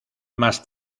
más